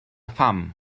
pham